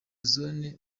zone